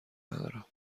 ندارم